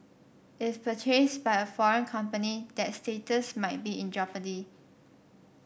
if purchased by a foreign company that status might be in jeopardy